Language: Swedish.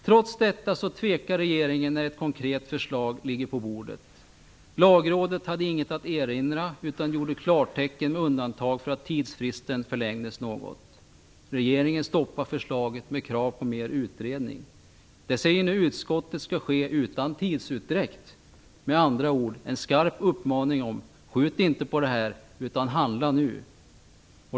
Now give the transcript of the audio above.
Trots detta så tvekar regeringen när ett konkret förslag ligger på bordet. Lagrådet hade inget att erinra utan gjorde klartecken med undantag för att tidsfristen förlängdes något. Regeringen stoppade förslaget med krav på mer utredning. Det säger nu utskottet skall ske utan tidsutdräkt, med andra ord en skarp uppmaning om att man inte skall skjuta på det här utan att man skall handla nu.